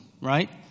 right